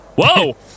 Whoa